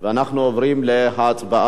ואנחנו עוברים להצבעה.